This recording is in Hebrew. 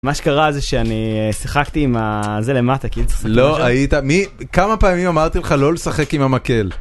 מה שקרה זה שאני שיחקתי עם ה... זה למטה, כאילו... לא, היית... מי... כמה פעמים אמרתי לך לא לשחק עם המקל?